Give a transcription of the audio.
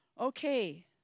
Okay